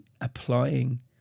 applying